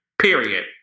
Period